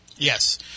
Yes